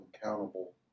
accountable